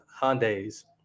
Hyundai's